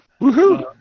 Woohoo